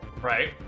Right